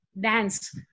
dance